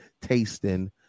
tasting